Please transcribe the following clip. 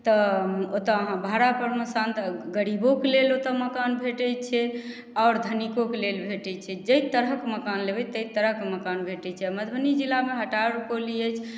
तऽ ओतौ अहाँ भाड़ा परमे शानदार गरीबोके लेल ओतौ मकान भेटै छै आओर धनिकोके लेल भेटै छै जाहि तरहक लेबै ताहि तरहक मकान भेटै छै आ मधुबनी जिलामे हटार रुपौली अछि